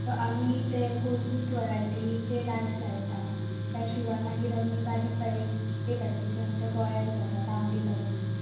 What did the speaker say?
आमी ते कोरगूट वरायटीचे रायस लायता ते शिवाय मागीर आमी बारीक बारीक भाज्यो ज्यो आमच्या गोंयांत जाता तांबडी भाजी